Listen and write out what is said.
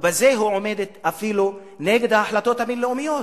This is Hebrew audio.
ובזה היא עומדת אפילו נגד ההחלטות הבין-לאומיות,